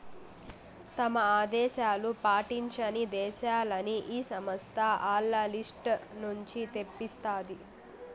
తమ ఆదేశాలు పాటించని దేశాలని ఈ సంస్థ ఆల్ల లిస్ట్ నుంచి తప్పిస్తాది